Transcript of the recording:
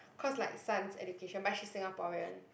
cause like son's education but she Singaporean